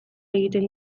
egiten